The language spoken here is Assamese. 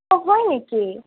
অঁ হয় নেকি